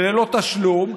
וללא תשלום,